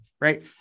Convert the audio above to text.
right